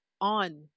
on